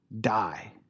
die